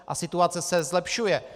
A situace se zlepšuje.